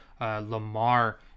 Lamar